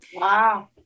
Wow